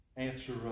Answer